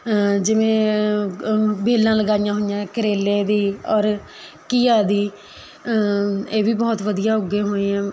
ਜਿਵੇਂ ਵੇਲਾਂ ਲਗਾਈਆਂ ਹੋਈਆਂ ਕਰੇਲੇ ਦੀ ਔਰ ਘੀਆ ਦੀ ਇਹ ਵੀ ਬਹੁਤ ਵਧੀਆ ਉੱਗੇ ਹੋਏ ਆ